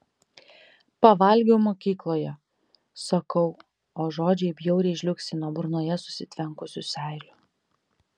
pavalgiau mokykloje sakau o žodžiai bjauriai žliugsi nuo burnoje susitvenkusių seilių